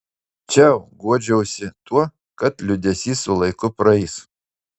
čiau guodžiausi tuo kad liūdesys su laiku praeis